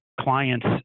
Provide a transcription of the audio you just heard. Clients